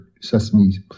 Sesame